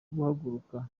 guhaguruka